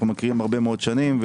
אנו מכירים הרבה מאוד שנים.